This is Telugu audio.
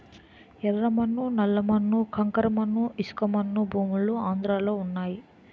యెర్ర మన్ను నల్ల మన్ను కంకర మన్ను ఇసకమన్ను భూములు ఆంధ్రలో వున్నయి